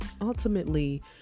ultimately